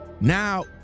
now